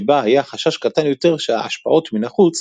שבה היה חשש קטן יותר שהשפעות מן החוץ